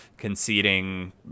conceding